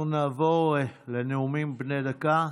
אנחנו נעבור לנאומים בני דקה.